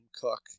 cook